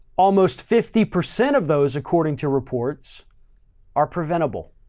almost fifty percent of those according to reports are preventable.